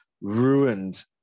ruined